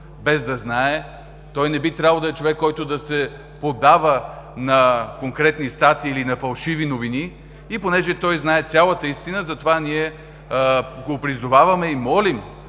без да знае. Той не би трябвало да е човек, който да се поддава на конкретни статии или на фалшиви новини и понеже той знае цялата истина, затова ние го призоваваме и молим